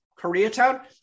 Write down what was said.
Koreatown